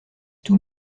tout